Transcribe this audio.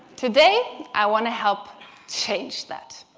today i want to help change that.